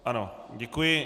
Ano, děkuji.